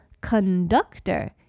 Conductor